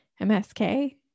MSK